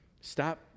Stop